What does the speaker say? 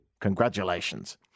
Congratulations